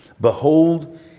behold